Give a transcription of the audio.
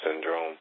syndrome